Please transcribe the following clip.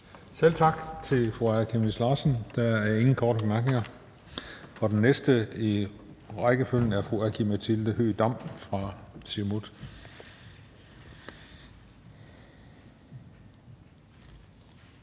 Selv tak. Tak til fru Aaja Chemnitz Larsen. Der er ingen korte bemærkninger. Den næste i rækkefølgen er fru Aki-Matilda Høegh-Dam fra Siumut.